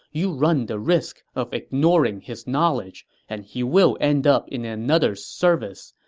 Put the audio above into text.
you run the risk of ignoring his knowledge, and he will end up in another's service,